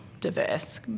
diverse